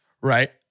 Right